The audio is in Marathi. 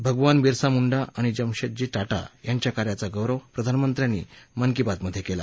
भगवान बिरसा मुंडा आणि जमशेदजी टाटा यांच्या कार्यांचा गौरव प्रधानमंत्र्यांची मन की बात मध्ये केला